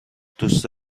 دوست